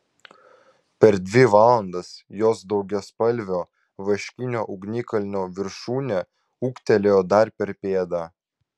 per dvi valandas jos daugiaspalvio vaškinio ugnikalnio viršūnė ūgtelėjo dar per pėdą